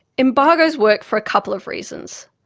embargos work for a couple of reasons.